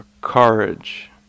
courage